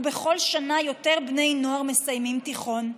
ובכל שנה יותר בני נוער מסיימים תיכון?